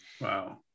Wow